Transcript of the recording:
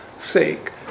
sake